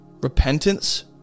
Repentance